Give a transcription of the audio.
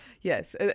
Yes